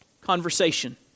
Conversation